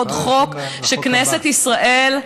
עוד חוק שכנסת ישראל,